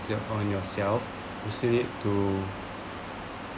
on yourself let say to